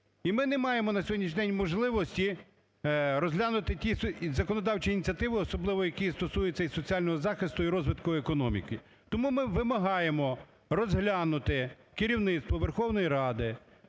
І ми не маємо на сьогоднішній день можливості розглянути ті законодавчі ініціативи, особливо які стосуються і соціального захисту, і розвитку економіки. Тому ми вимагаємо розглянути керівництву Верховної Ради